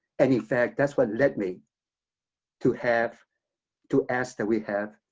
and in fact, that's what led me to have to ask that we have